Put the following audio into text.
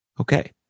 Okay